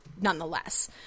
nonetheless